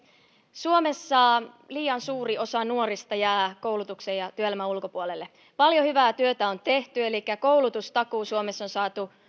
suomessa liian suuri osa nuorista jää koulutuksen ja työelämän ulkopuolelle paljon hyvää työtä on tehty koulutustakuu suomessa on